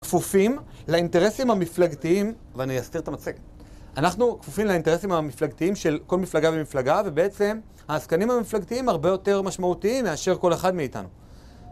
אנחנו כפופים לאינטרסים המפלגתיים של כל מפלגה ומפלגה. ובעצם העסקנים המפלגתיים הרבה יותר משמעותיים מאשר כל אחד מאיתנו